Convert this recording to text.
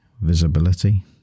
visibility